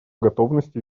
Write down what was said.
готовности